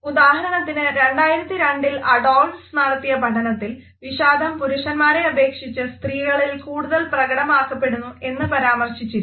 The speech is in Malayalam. ഉദാഹരണനത്തിന് 2002 ൽ അഡോൾഫ്സ് നടത്തിയ പഠനത്തിൽ വിഷാദം പുരുഷന്മാരെയപേക്ഷിച്ചു സ്ത്രീകളിൽ കൂടുതൽ പ്രകടമാക്കപ്പെടുന്നു എന്ന് പരാമർശിച്ചിരുന്നു